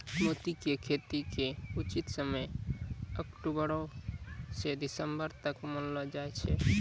मोती के खेती के उचित समय अक्टुबरो स दिसम्बर तक मानलो जाय छै